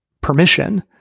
permission